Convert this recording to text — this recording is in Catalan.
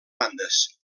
bandes